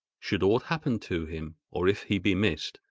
should aught happen to him, or if he be missed,